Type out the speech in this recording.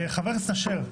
חבר הכנסת אשר,